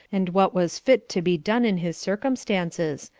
and what was fit to be done in his circumstances,